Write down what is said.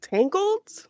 Tangled